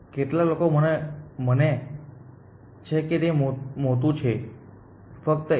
કેકેટલા લોકો મને છે કે તે મોટું છે ફક્ત એક